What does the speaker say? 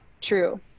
true